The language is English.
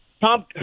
Tom